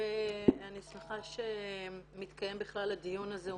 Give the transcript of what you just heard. אני שמחה שמתקיים בכלל הדיון הזה.